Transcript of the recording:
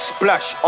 Splash